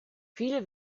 viele